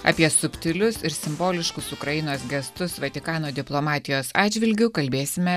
apie subtilius ir simboliškus ukrainos gestus vatikano diplomatijos atžvilgiu kalbėsime